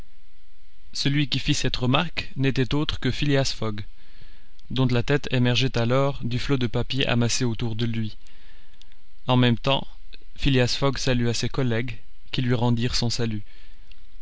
celui qui fit cette réponse n'était autre que phileas fogg dont la tête émergeait alors du flot de papier amassé autour de lui en même temps phileas fogg salua ses collègues qui lui rendirent son salut